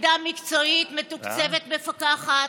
יחידה מקצועית, מתוקצבת, מפקחת.